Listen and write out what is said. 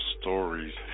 stories